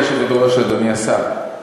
גברתי היושבת-ראש, חברי השר,